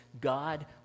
God